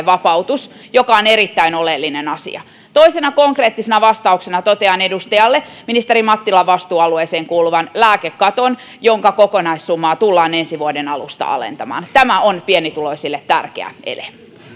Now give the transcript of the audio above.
vapautus mikä on erittäin oleellinen asia toisena konkreettisena vastauksena totean edustajalle ministeri mattilan vastuualueeseen kuuluvasta lääkekatosta että sen kokonaissummaa tullaan ensi vuoden alusta alentamaan tämä on pienituloisille tärkeä ele